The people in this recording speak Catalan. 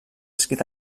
escrit